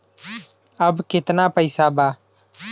अब कितना पैसा बा?